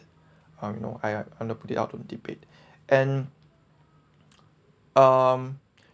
um you know I want to put it out on debate and um